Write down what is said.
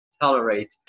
tolerate